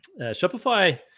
Shopify